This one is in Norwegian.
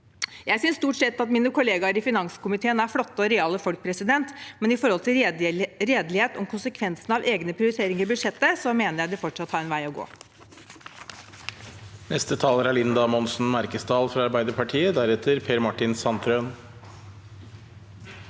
Jeg synes stort sett at mine kollegaer i finanskomiteen er flotte og reale folk, men når det gjelder redelighet om konsekvensene av egne prioriteringer i budsjettet, mener jeg de fortsatt har en vei å gå.